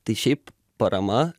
tai šiaip parama